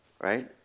right